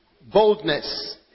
boldness